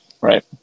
right